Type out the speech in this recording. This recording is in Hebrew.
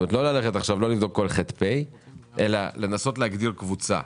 כלומר לא ללכת עכשיו ולבדוק כל ח"פ אלא לנסות להגדיר קבוצה.